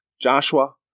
Joshua